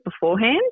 beforehand